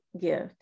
gift